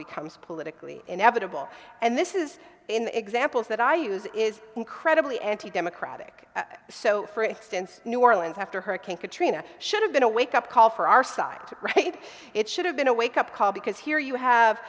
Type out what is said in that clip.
becomes politically inevitable and this is in the examples that i use is incredibly anti democratic so for it since new orleans after hurricane katrina should have been a wake up call for our side right it should have been a wake up call because here you have